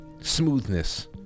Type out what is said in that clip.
Smoothness